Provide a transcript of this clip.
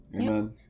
Amen